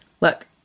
Look